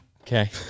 Okay